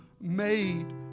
made